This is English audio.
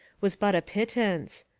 was but a pittance.